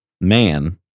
man